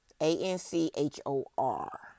A-N-C-H-O-R